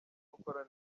gukora